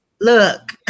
look